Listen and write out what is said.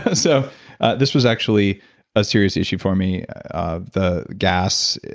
ah so this was actually a serious issue for me of the gas,